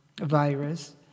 virus